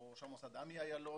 או ראש המוסד עמי איילון,